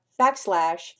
backslash